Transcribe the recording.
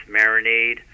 marinade